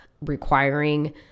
requiring